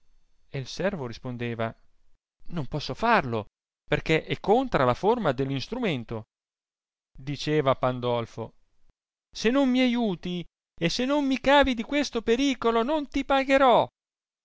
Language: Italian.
e il servo rispondeva non posso farlo perchè è contra la forma dell instrumento diceva pandolfo se non mi aiuti e se non mi cavi di questo pericolo non ti pagherò